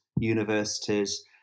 universities